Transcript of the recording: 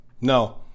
no